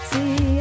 See